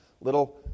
little